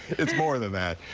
it's more than that.